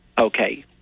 okay